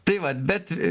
tai vat bet